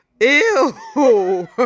Ew